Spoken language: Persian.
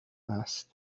است